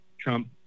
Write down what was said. Trump